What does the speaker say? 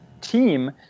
team